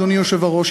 אדוני היושב-ראש,